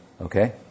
okay